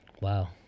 wow